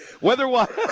Weather-wise –